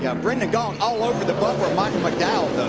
yeah brendan gaughan all over the bumper of michael mcdowell.